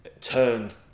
turned